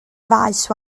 faes